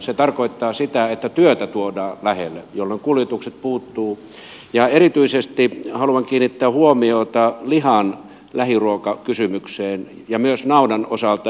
se tarkoittaa sitä että työtä tuodaan lähelle jolloin kuljetukset puuttuvat ja erityisesti haluan kiinnittää huomiota lihan lähiruokakysymykseen ja myös naudan osalta